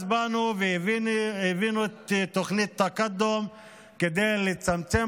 אז באנו והבאנו את תוכנית תקאדום כדי לצמצם